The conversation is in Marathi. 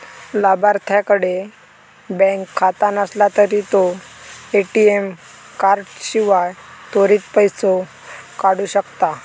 लाभार्थ्याकडे बँक खाता नसला तरी तो ए.टी.एम कार्डाशिवाय त्वरित पैसो काढू शकता